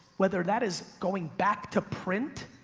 whether that is going back to print,